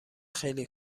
خیلی